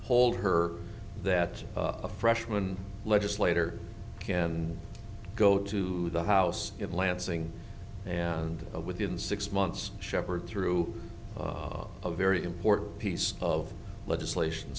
hold her that a freshman legislator can go to the house in lansing and within six months shepherd through a very important piece of legislation